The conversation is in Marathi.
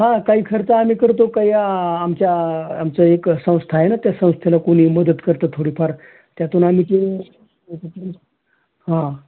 हां काही खर्च आमी करतो काही आमच्या आमचं एक संस्था आहे ना त्या संस्थेला कोणीही मदत करतं थोडीफार त्यातून आम्ही ते हां